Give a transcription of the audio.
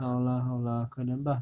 好啦好啦可能吧